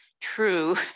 true